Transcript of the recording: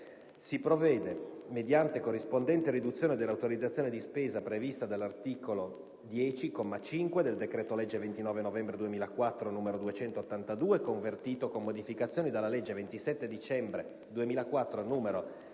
si provvede mediante corrispondente riduzione dell'autorizzazione di spesa prevista dall'articolo 10, comma 5, del decreto-legge 29 novembre 2004, n. 282, convertito, con modificazioni, dalla legge 27 dicembre 2004, n. 307,